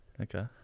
Okay